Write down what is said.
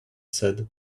said